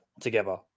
together